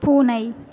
பூனை